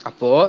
Apo